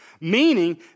meaning